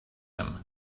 him